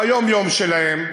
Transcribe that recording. ביום-יום שלהם,